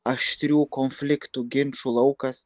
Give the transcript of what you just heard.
aštrių konfliktų ginčų laukas